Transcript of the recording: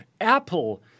Apple